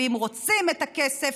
ואם רוצים את הכסף,